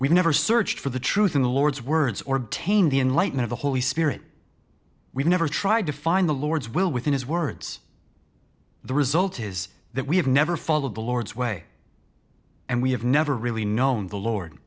searched for the truth in the lord's words or obtain the enlightening of the holy spirit we've never tried to find the lord's will within his words the result is that we have never followed the lord's way and we have never really known the lord